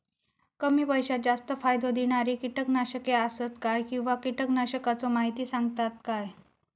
कमी पैशात जास्त फायदो दिणारी किटकनाशके आसत काय किंवा कीटकनाशकाचो माहिती सांगतात काय?